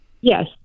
yes